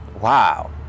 Wow